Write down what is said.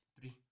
Three